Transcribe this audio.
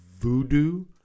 voodoo